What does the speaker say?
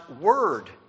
word